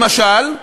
למשל,